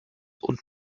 und